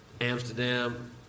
Amsterdam